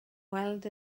weld